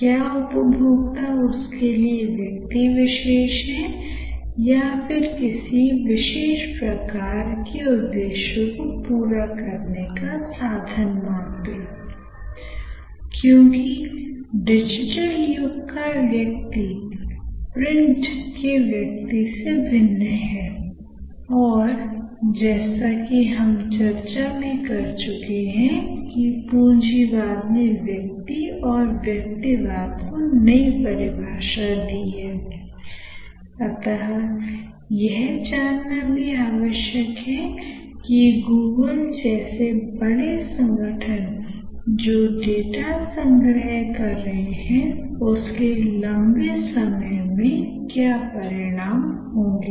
क्या उपभोक्ता उसके लिए व्यक्ति विशेष है या फिर किसी विशेष प्रकार के उद्देश्य को पूरा करने का साधन मात्रI क्योंकि डिजिटल युग का व्यक्ति प्रिंट युग के व्यक्ति से भिन्न हैI और जैसा कि हम चर्चा भी कर चुके हैं कि पूंजीवाद ने व्यक्ति और व्यक्तिवाद को नई परिभाषा दी हैI अतः यह जानना भी आवश्यक है कि गूगल जैसे बड़े संगठन जो डेटा संग्रह कर रहे हैं उसके लंबे समय में क्या परिणाम होंगे